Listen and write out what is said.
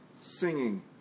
singing